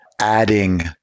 adding